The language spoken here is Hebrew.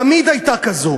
תמיד הייתה כזו,